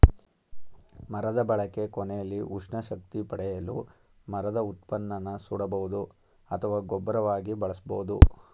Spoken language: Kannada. ಮರದ ಬಳಕೆ ಕೊನೆಲಿ ಉಷ್ಣ ಶಕ್ತಿ ಪಡೆಯಲು ಮರದ ಉತ್ಪನ್ನನ ಸುಡಬಹುದು ಅಥವಾ ಗೊಬ್ಬರವಾಗಿ ಬಳಸ್ಬೋದು